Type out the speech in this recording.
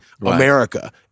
America